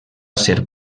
ser